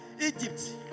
Egypt